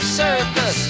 circus